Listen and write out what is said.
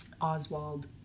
Oswald